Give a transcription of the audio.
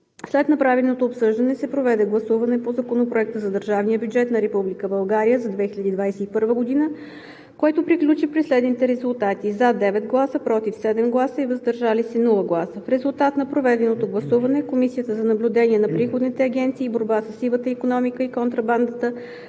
След направеното обсъждане се проведе гласуване по Законопроекта за държавния бюджет на Република България за 2021 г., което приключи със следните резултати: „за“ 9 гласа, „против“ 7 гласа, без „въздържал се“. В резултат на проведеното гласуване Комисията за наблюдение на приходните агенции и борба със сивата икономика и контрабандата